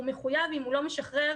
אם הוא לא משחרר,